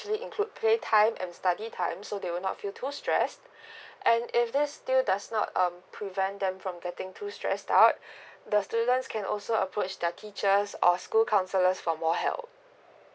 include play time and study time so they will not feel too stress and if this still does not um prevent them from getting too stressed out like the students can also approach the teachers or school councilors for more help